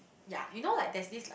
ya you know like there's this like